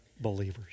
believers